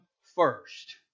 first